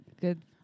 good